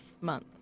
Month